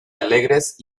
alegres